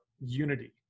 unity